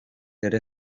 ere